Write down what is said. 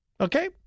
Okay